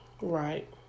Right